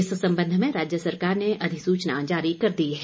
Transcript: इस संबंध में राज्य सरकार ने अधिसूचना जारी कर दी है